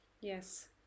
Yes